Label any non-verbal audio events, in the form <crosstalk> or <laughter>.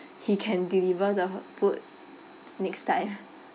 he can deliver the food next time <laughs>